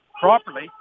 properly